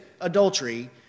adultery